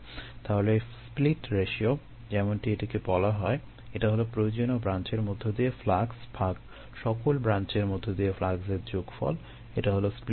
তাহলে split ratio যেমনটি এটাকে বলা হয় এটা হলো প্রয়োজনীয় ব্রাঞ্চের মধ্য দিয়ে ফ্লাক্স ভাগ সকল ব্রাঞ্চের মধ্য দিয়ে ফ্লাক্সের যোগফল এটা হলো স্প্লিট রেশিও